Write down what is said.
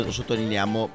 Sottolineiamo